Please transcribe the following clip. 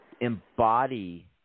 embody